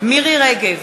מירי רגב,